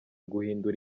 guhindura